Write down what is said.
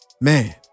Man